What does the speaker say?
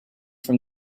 from